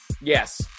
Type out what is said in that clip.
Yes